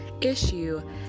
issue